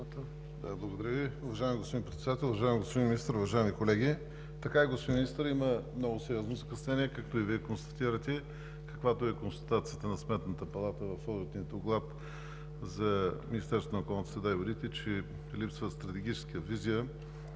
Благодаря Ви. Уважаеми господин Председател, уважаеми господин Министър, уважаеми колеги! Така е, господин Министър, има много сериозни закъснения, както и Вие констатирате, каквато е и констатацията на Сметната палата в одитния доклад за Министерството на околната среда и водите – че липсва стратегическа визия